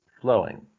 flowing